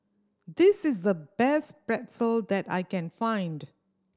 this is the best Pretzel that I can find